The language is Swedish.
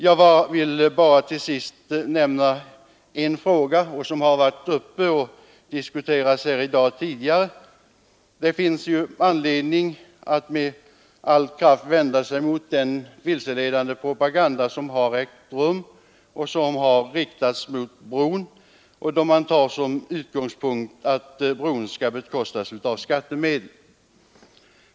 Jag vill bara till sist nämna en fråga som diskuterats tidigare här i dag. Det finns anledning att med all kraft vända sig mot den vilseledande propaganda som har ägt rum och som har riktats mot bron, där man tar som utgångspunkt att bron skall bekostas av skattemedel.